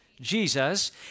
Jesus